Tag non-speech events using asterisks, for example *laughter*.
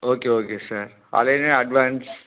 okay okay sir அது *unintelligible* advance